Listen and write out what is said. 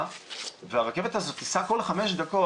מנוחה והרכבת הזאת תיסע כל חמש דקות,